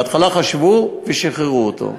בהתחלה חשבו, ושחררו אותו.